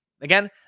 Again